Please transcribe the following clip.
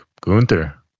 Gunther